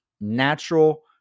Natural